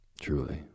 truly